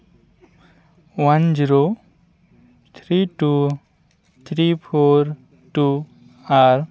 one zero three two three four two R